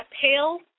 pale